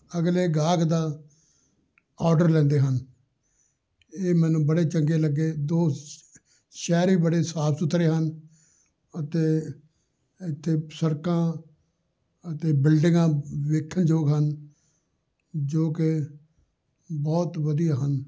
ਅਗਲੇ ਗ੍ਰਾਹਕ ਦਾ ਔਡਰ ਲੈਂਦੇ ਹਨ ਇਹ ਮੈਨੂੰ ਬੜੇ ਚੰਗੇ ਲੱਗੇ ਦੋ ਸ਼ ਸ਼ਹਿਰ ਵੀ ਬੜੇ ਸਾਫ਼ ਸੁਥਰੇ ਹਨ ਅਤੇ ਇੱਥੇ ਸੜਕਾਂ ਅਤੇ ਬਿਲਡਿੰਗਾਂ ਦੇਖਣ ਯੋਗ ਹਨ ਜੋ ਕਿ ਬਹੁਤ ਵਧੀਆ ਹਨ